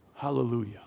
hallelujah